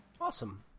awesome